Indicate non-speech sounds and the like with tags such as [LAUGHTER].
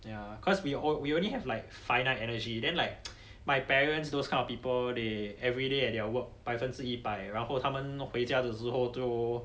ya cause we all we only have like finite energy then like [NOISE] my parents those kind of people they everyday at their work 百分之一百然后他们回家了之后都